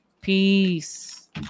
Peace